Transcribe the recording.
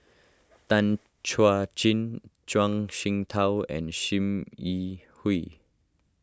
Tan Chuan Jin Zhuang Shengtao and Sim Yi Hui